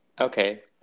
Okay